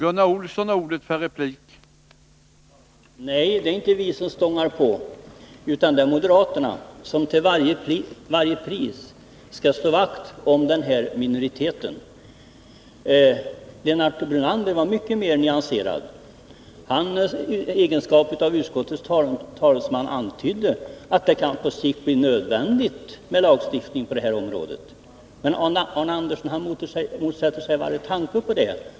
Herr talman! Nej, det är inte vi som stångar på, utan det är moderaterna som till varje pris vill slå vakt om den här minoriteten. Lennart Brunander var mycket mer nyanserad. I egenskap av utskottets talesman antydde han att det på sikt kan bli nödvändigt med lagstiftning på detta område, men Arne Andersson motsätter sig varje tanke på det.